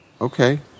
Okay